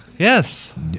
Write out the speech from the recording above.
Yes